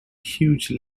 huge